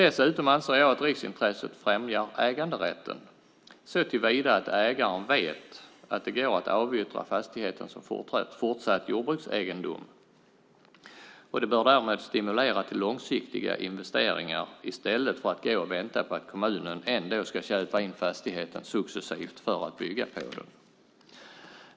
Dessutom anser jag att riksintresset främjar äganderätten så till vida att ägaren vet att det går att avyttra fastigheten som fortsatt jordbruksegendom. Det bör därmed stimulera till långsiktiga investeringar i stället för att gå och vänta på att kommunen ändå ska köpa in fastigheten successivt för att bygga på den.